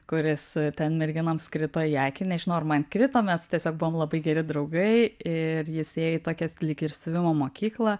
kuris ten merginoms krito į akį nežinau ar man krito mes tiesiog buvom labai geri draugai ir jis ėjo į tokias lyg ir siuvimo mokyklą